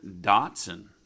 Dotson